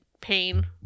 pain